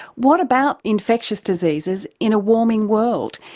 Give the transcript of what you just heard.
what about infectious diseases in a warming world?